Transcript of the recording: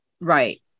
Right